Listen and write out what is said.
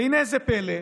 והינה זה פלא,